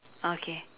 okay